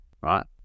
Right